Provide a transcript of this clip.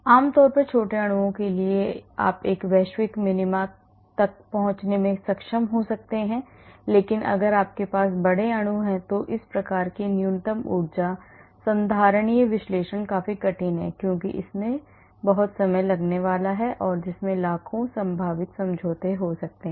आम तौर पर छोटे अणुओं के लिए आप एक वैश्विक मिनिमा तक पहुंचने में सक्षम हो सकते हैं लेकिन अगर आपके पास बड़े अणु हैं तो इस प्रकार की न्यूनतम ऊर्जा संधारणीय विश्लेषण काफी कठिन है क्योंकि इसमें बहुत समय लगने वाला है जिससे लाखों संभावित समझौते हो सकते हैं